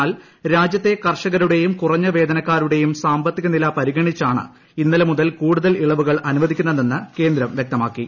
എന്നാൽ രാജ്യത്തെ കർഷകരുടെയും കുറഞ്ഞ വേതനക്കാരുടെയും സാമ്പത്തികനില പരിഗണണിച്ചാണ് ഇന്നലെ മുതൽ കൂടുതൽ ഇളവുകൾ അനുവദിക്കുന്നതെന്ന് കേന്ദ്രം വൃക്തമാക്കി